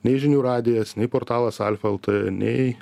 nei žinių radijas nei portalas alfa lt nei